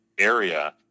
area